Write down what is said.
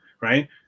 right